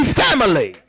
family